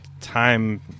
time